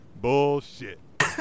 Bullshit